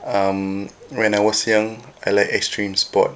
um when I was young I like extreme sport